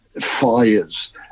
Fires